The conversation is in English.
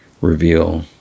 reveal